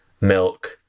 milk